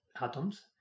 atoms